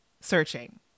searching